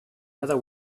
heather